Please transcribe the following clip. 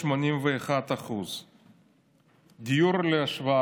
81%; להשוואה,